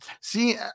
see